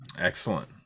excellent